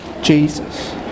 Jesus